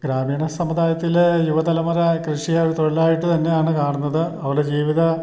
ഗ്രാമീണ സമുദായത്തിൽ യുവതലമുറ കൃഷിയെ ഒരു തൊഴിലായിട്ട് തന്നെയാണ് കാണുന്നത് അവരുടെ ജീവിത